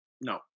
No